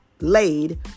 laid